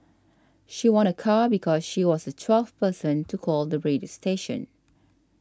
she won a car because she was the twelfth person to call the radio station